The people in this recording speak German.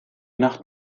nach